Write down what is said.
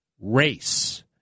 race